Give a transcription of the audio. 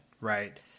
right